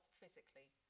physically